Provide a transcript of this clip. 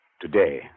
Today